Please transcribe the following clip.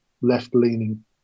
left-leaning